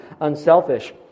unselfish